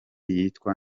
yitwa